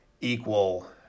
equal